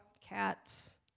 cats